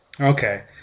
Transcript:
Okay